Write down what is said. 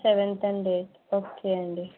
seventh అండి okay అండి